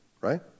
right